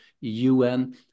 UN